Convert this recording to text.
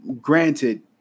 granted